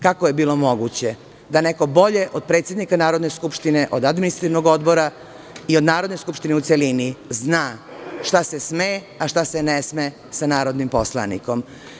Kako je bilo moguće da neko bolje od predsednika Narodne skupštine, od Administrativnog odbora i od Narodne skupštine u celini zna šta se sme, a šta se ne sme sa narodnim poslanikom?